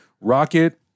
Rocket